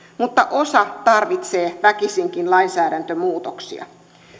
mutta osa tarvitsee väkisinkin lainsäädäntömuutoksia